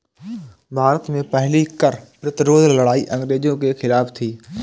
भारत में पहली कर प्रतिरोध लड़ाई अंग्रेजों के खिलाफ थी